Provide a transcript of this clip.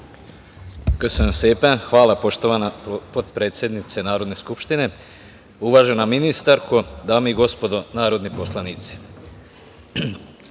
Hvala, poštovana potpredsednice Narodne skupštine. Uvažena ministarko, dame i gospodo narodni poslanici,